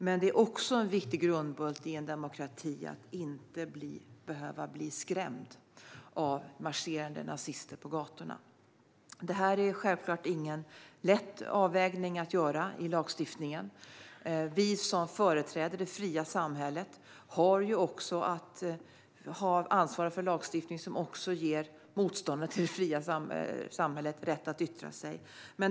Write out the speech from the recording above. Men det är också en viktig grundbult i en demokrati att inte behöva bli skrämd av marscherande nazister på gatorna. Detta är självklart ingen lätt avvägning att göra i lagstiftningen. Vi som företräder det fria samhället har att ansvara för en lagstiftning som också ger motståndare till det fria samhället rätt att yttra sig.